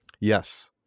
Yes